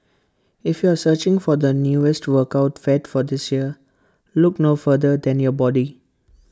if you are searching for the newest workout fad for this year look no further than your body